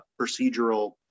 procedural